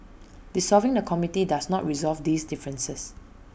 dissolving the committee does not resolve these differences